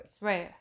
Right